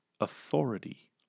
authority